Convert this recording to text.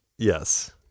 Yes